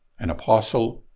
an apostle,